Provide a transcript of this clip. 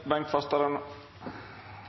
Bengt